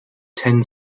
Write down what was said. ten